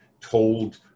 told